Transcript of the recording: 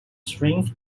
strength